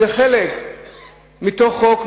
היא חלק מתוך חוק,